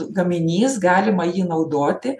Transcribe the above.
gaminys galima jį naudoti